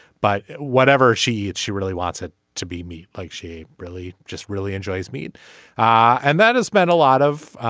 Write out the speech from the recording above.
but whatever she is she really wants it to be me like she really just really enjoys meat and that has meant a lot of